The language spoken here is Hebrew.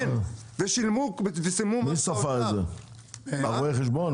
כן, ושלמו --- מי ספר את זה, רואה החשבון?